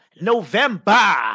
November